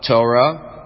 Torah